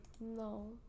No